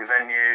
venue